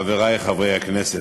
חברי חברי הכנסת,